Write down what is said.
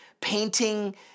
painting